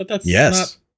Yes